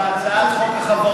בהצעת חוק החברות?